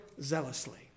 zealously